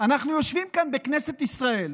אנחנו יושבים כאן בכנסת ישראל,